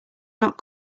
not